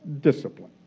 Discipline